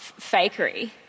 fakery